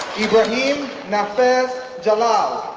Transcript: ibrahim nafez jalal,